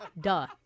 duh